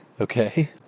Okay